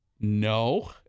no